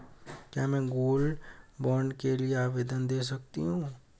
क्या मैं gold bond के लिए आवेदन दे सकती हूँ?